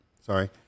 sorry